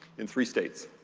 in three states.